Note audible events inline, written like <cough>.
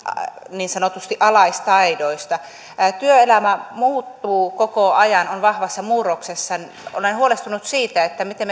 niin sanotusti alaistaidoista työelämä muuttuu koko ajan on vahvassa murroksessa olen huolestunut siitä miten <unintelligible>